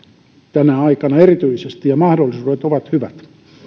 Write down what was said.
tänä aikana erityisesti ja mahdollisuudet ovat hyvät